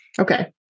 Okay